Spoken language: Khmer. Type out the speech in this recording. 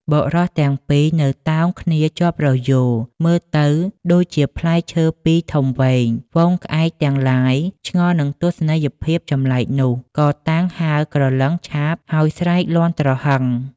បុរសទាំងពីរនៅតោងគ្នាជាប់រយោង មើលទៅដូចជាផ្លែឈើពីរធំវែង។ ហ្វូងក្អែកទាំង ឡាយឆ្ងល់នឹងទស្សនីយភាពចម្លែកនោះ ក៏តាំងហើរក្រឡឹងឆាប ហើយស្រែកលាន់ទ្រហឹង។